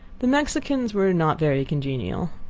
the mexicans were not very congenial.